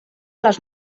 les